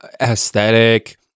aesthetic